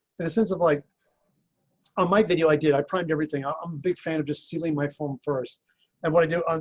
in a sense of like on my video i did. i tried everything um i'm big fan of just stealing my form first and what to do.